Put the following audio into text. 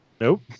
Nope